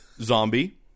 Zombie